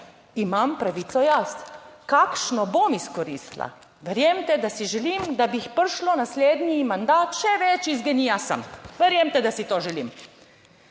imam pravico jaz, kakšno bom izkoristila, verjemite, da si želim, da bi jih prišlo naslednji mandat, še več iz GEN-I sem, verjemite, da si to želim.